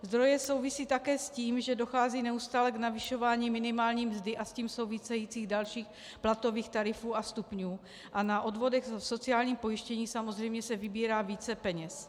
Zdroje souvisí také s tím, že dochází neustále k navyšování minimální mzdy a s tím souvisejících dalších platových tarifů a stupňů a na odvodech za sociální pojištění se samozřejmě vybírá více peněz.